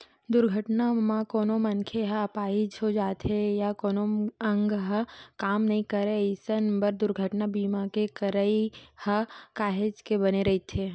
दुरघटना म कोनो मनखे ह अपाहिज हो जाथे या कोनो अंग ह काम नइ करय अइसन बर दुरघटना बीमा के करई ह काहेच के बने रहिथे